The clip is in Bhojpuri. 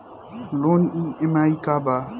लोन ई.एम.आई का बा?